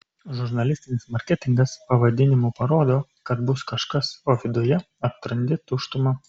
žurnalistinis marketingas pavadinimu parodo kad bus kažkas o viduje atrandi tuštumą